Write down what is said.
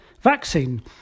vaccine